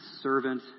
servant